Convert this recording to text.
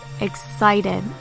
excited